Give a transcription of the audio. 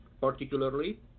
particularly